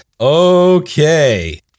Okay